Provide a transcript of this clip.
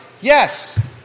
Yes